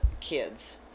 kids